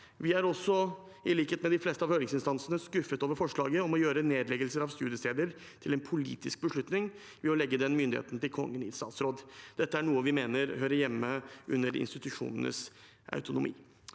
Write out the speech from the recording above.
Vi er også, i likhet med de fleste av høringsinstansene, skuffet over forslaget om å gjøre nedleggelser av studiesteder til en politisk beslutning ved å legge den myndigheten til Kongen i statsråd. Dette er noe vi mener hører hjemme under institusjonenes autonomi.